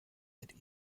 mit